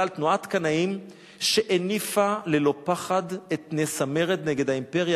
על תנועת קנאים שהניפה ללא פחד את נס המרד נגד האימפריה